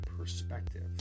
perspective